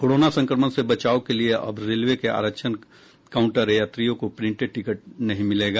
corona संक्रमण से बचाव के लिए अब रेलवे के आरक्षण काउंटर यात्रियों को प्रिंटेड टिकट नहीं मिलेगा